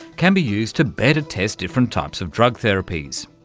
can be used to better test different types of drug therapies.